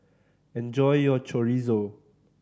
enjoy your Chorizo